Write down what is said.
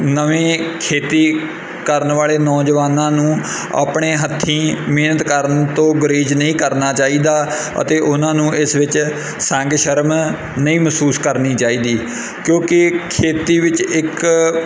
ਨਵੀਂ ਖੇਤੀ ਕਰਨ ਵਾਲੇ ਨੌਜਵਾਨਾਂ ਨੂੰ ਆਪਣੇ ਹੱਥੀਂ ਮਿਹਨਤ ਕਰਨ ਤੋਂ ਗੁਰੇਜ਼ ਨਹੀਂ ਕਰਨਾ ਚਾਹੀਦਾ ਅਤੇ ਉਹਨਾਂ ਨੂੰ ਇਸ ਵਿੱਚ ਸੰਗ ਸ਼ਰਮ ਨਹੀਂ ਮਹਿਸੂਸ ਕਰਨੀ ਚਾਹੀਦੀ ਕਿਉਂਕਿ ਖੇਤੀ ਵਿੱਚ ਇੱਕ